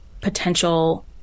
potential